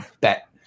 bet